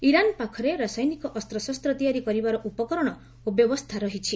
Iran ପାଖରେ ରାସାୟନିକ ଅସ୍ତ୍ରଶସ୍ତ ତିଆରି କରିବାର ଉପକରଣ ଓ ବ୍ୟବସ୍ଥା ରହିଛି